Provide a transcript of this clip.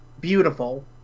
beautiful